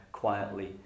quietly